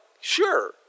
sure